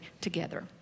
together